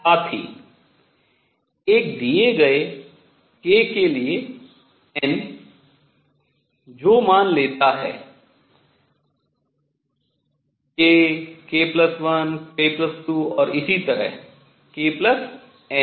साथ ही एक दिए गए k के लिए n जो मान लेता है k k1 k2 और इसी तरह knr